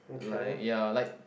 like ya like